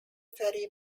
ferry